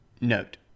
Note